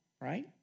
right